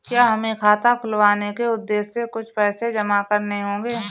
क्या हमें खाता खुलवाने के उद्देश्य से कुछ पैसे जमा करने होंगे?